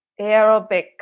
aerobics